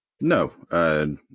No